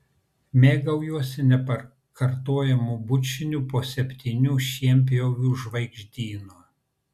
mėgaujuosi nepakartojamu bučiniu po septynių šienpjovių žvaigždynu